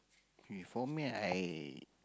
okay for me I